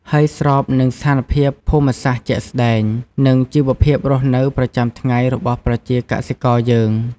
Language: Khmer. ហើយស្រប នឹងស្ថានភាពភូមិសាស្ត្រជាក់ស្តែង និងជីវភាពរស់នៅប្រចាំថ្ងៃរបស់ប្រជាកសិករយើង។